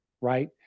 right